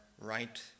right